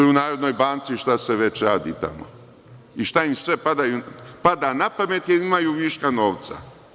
U Narodnoj banci šta se sve radi, šta im sve pada na pamet, jer imaju viška novca.